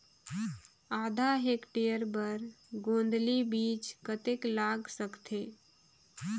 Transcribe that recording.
आधा हेक्टेयर बर गोंदली बीच कतेक लाग सकथे?